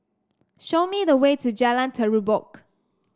show me the way to Jalan Terubok